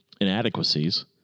inadequacies